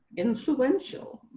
influential,